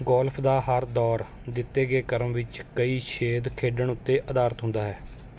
golf ਦਾ ਹਰ ਦੌਰ ਦਿੱਤੇ ਗਏ ਕ੍ਰਮ ਵਿੱਚ ਕਈ ਛੇਦ ਖੇਡਣ ਉੱਤੇ ਅਧਾਰਤ ਹੁੰਦਾ ਹੈ